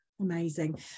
amazing